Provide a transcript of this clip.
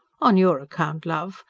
on your account, love.